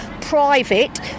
private